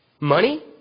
Money